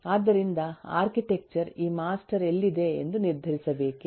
ಆದ್ದರಿಂದ ಆರ್ಕಿಟೆಕ್ಚರ್ ಈ ಮಾಸ್ಟರ್ ಎಲ್ಲಿದೆ ಎಂದು ನಿರ್ಧರಿಸಬೇಕೇ